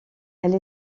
elle